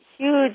huge